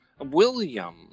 William